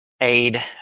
aid